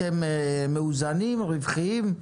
אתם מאוזנים, רווחיים?